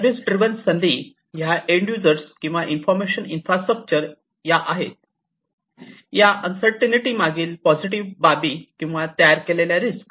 service driven संधी ह्या end users किंवा इन्फॉर्मेशन इन्फ्रास्ट्रक्चर ह्या आहेत या अन्सरटीनीटीमागील पॉझिटिव्ह बाबी किंवा तयार केलेल्या रिस्क